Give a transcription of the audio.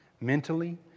mentally